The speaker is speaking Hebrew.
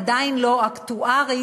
עדיין לא אקטוארית,